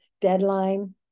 deadline